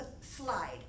slide